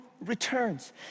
returns